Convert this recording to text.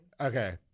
Okay